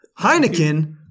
Heineken